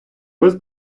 без